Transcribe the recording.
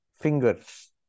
fingers